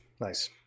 Nice